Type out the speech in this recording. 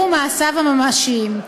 והוא מעשיו הממשיים.